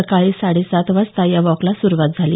सकाळी साडेसात वाजता या वॉकला सुरूवात झाली